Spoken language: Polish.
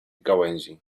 gałęzi